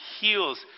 heals